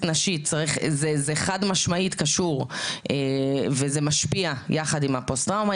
נשית זה חד משמעית קשור וזה משפיע יחד עם הפוסט טראומה,